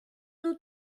nous